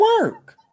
work